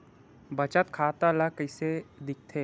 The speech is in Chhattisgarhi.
बचत खाता ला कइसे दिखथे?